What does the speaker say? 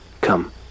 Come